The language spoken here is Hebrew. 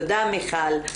תודה מיכל.